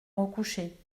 recoucher